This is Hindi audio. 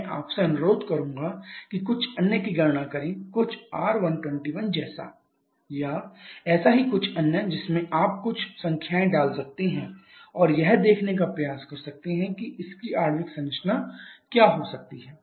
मैं आपसे अनुरोध करूंगा कि कुछ अन्य की गणना करें कुछ R121 जैसा या ऐसा ही कुछ अन्य जिसमें आप कुछ संख्याएँ डाल सकते हैं और यह देखने का प्रयास कर सकते हैं कि इसकी आणविक संरचना क्या हो सकती है